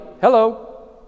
Hello